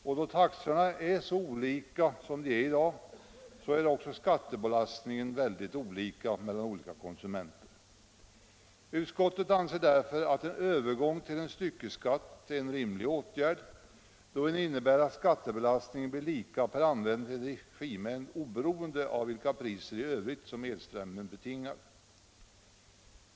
Och då taxorna är så olika som de i dag är så är också skattebelastningen väldigt olika för olika konsumenter. Utskottet anser därför att en övergång till en styckeskatt är en rimlig åtgärd, då den innebär att skattebelastningen blir lika per använd energimängd, oberoende av vilka priser i övrigt som elströmmen betingar.